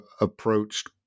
approached